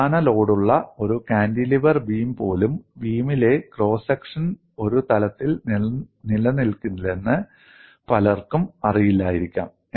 അവസാന ലോഡുള്ള ഒരു കാന്റിലിവർ ബീം പോലും ബീമിലെ ക്രോസ് സെക്ഷൻ ഒരു തലത്തിൽ നിലനിൽക്കില്ലെന്ന് പലർക്കും അറിയില്ലായിരിക്കാം